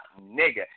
nigga